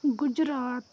Gujarat